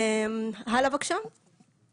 (שקף: פרק 3 מהלכים משלימים בקהילה).